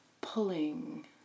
pulling